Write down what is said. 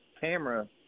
camera